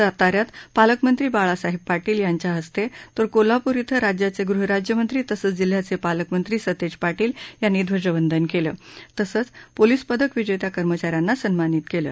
साताऱ्यात पालकमंत्री बाळासाहेब पाटील यांच्या हस्ते तर कोल्हापूर इथं राज्याचे गृहराज्यमंत्री तसंच जिल्हयाचे पालकमंत्री सतेज पाटील यांनी ध्वजवंदन केलं तसंच पोलिस पदक विजेत्या कर्मचा यांना सन्मानित केलं